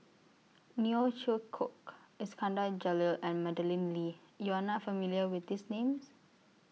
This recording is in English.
Neo Chwee Kok Iskandar Jalil and Madeleine Lee YOU Are not familiar with These Names